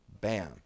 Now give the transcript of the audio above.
Bam